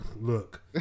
Look